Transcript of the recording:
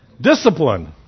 Discipline